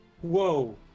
Whoa